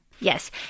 Yes